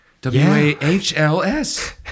W-A-H-L-S